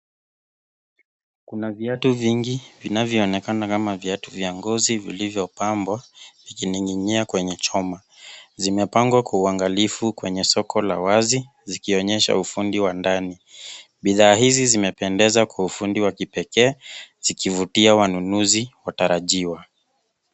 Kuna viatu vingi vinavyoonekana kama viatu vya ngozi vilivyopambwa vikining'inia kwenye chuma. Zimepangwa kwa uangalifu kwenye soko la wazi zikionyesha ufundi wa ndani. Bidhaa hizi zimependeza kwa ufundi wa kipekee zikivutia wanunuzi watarajiwa.